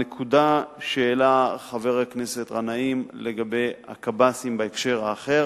הנקודה שהעלה חבר הכנסת גנאים לגבי הקב"סים בהקשר האחר,